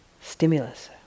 stimulus